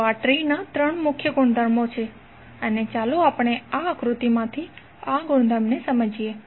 તો આ ટ્રીના ત્રણ મુખ્ય ગુણધર્મો છે અને ચાલો આપણે આ આકૃતિમાંથી આ ગુણધર્મ સમજીએ